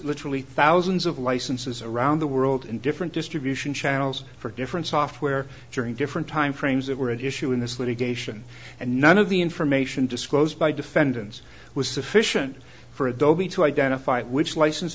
literally thousands of licenses around the world in different distribution channels for different software during different time frames that were at issue in this litigation and none of the information disclosed by defendants was sufficient for adobe to identify which license